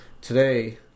today